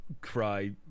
cry